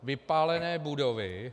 Vypálené budovy.